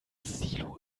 silo